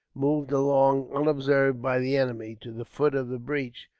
moved along, unobserved by the enemy, to the foot of the breach,